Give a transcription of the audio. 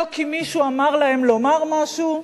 לא כי מישהו אמר להם לומר משהו.